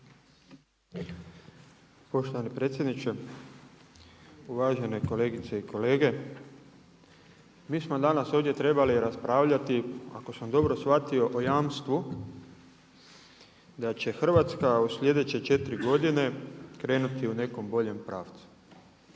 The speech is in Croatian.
Poštovani predsjedniče. Uvažene kolegice i kolege, mi smo danas ovdje trebali raspravljati ako sam dobro shvatio o jamstvu da će Hrvatska u sljedeće četiri godine krenuti u nekom boljem pravcu.